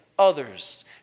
others